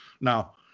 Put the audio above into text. Now